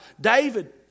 David